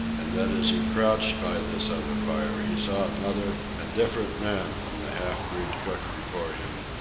and that as he crouched by this other fire he saw another and different man from the half-breed cook before him.